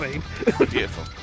Beautiful